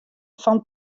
fan